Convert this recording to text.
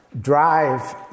drive